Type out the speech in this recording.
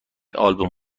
آلبوم